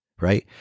right